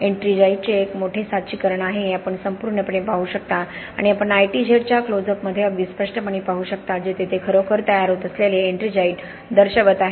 एट्रिंजाईटचे एक मोठे साचीकरण आहे हे आपण संपूर्णपणे पाहू शकता आणि आपण ITZ च्या क्लोज अपमध्ये अगदी स्पष्टपणे पाहू शकता जे तेथे खरोखर तयार होत असलेले एट्रिंजाइट दर्शवित आहे